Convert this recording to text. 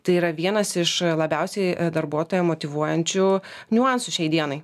tai yra vienas iš labiausiai darbuotoją motyvuojančių niuansų šiai dienai